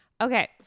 Okay